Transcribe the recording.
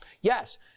Yes